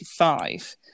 1995